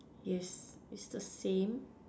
yes is the same